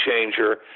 changer